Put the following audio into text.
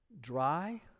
dry